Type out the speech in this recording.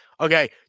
Okay